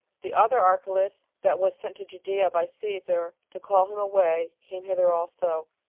the other archelaus, that was sent to judea by caesar to call him away, came hither also.